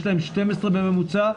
יש להם 12 בממוצע,